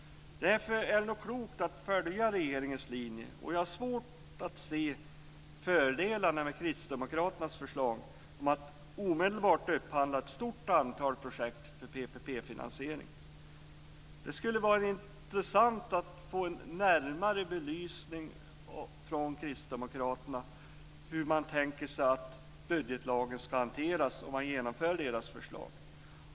Därför är det nog klokt att följa regeringens linje, och jag har svårt att se fördelarna med kristdemokraternas förslag om att omedelbart upphandla ett stort antal projekt med PPP-finansiering. Det skulle vara intressant att få en närmare belysning från kristdemokraterna av hur de tänker sig att budgetlagen ska hanteras om man genomför deras förslag.